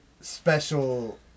special